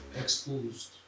exposed